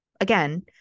again